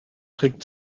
trägt